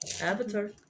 Avatar